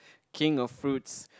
king of fruits